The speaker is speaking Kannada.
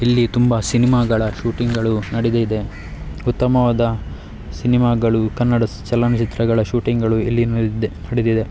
ಇಲ್ಲಿ ತುಂಬ ಸಿನಿಮಾಗಳ ಶೂಟಿಂಗ್ಗಳು ನಡೆದಿದೆ ಉತ್ತಮವಾದ ಸಿನಿಮಾಗಳು ಕನ್ನಡ ಚಲನಚಿತ್ರಗಳ ಶೂಟಿಂಗ್ಗಳು ಇಲ್ಲಿ ನಡೆದೇ ನಡೆದಿದೆ